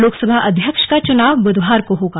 लोकसभा अध्यक्ष का चुनाव बुधवार को होगा